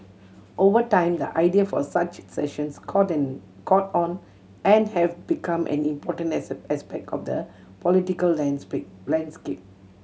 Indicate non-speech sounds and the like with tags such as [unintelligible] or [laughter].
over time the idea for such sessions caught in caught on and have become an important [unintelligible] aspect of the political [unintelligible] landscape